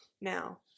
now